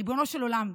ריבונו של עולם,